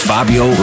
Fabio